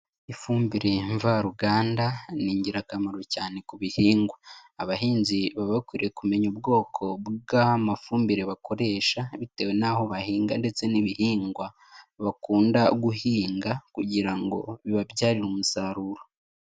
Ifumbire mvaruganda, ni ingirakamaro cyane ku bihingwa. Abahinzi baba bakwiriye kumenya ubwoko bw'amafumbire bakoresha, bitewe n'aho bahinga ndetse n'ibihingwa bakunda guhinga kugira ngo bibabyarire umusaruro.